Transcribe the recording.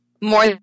more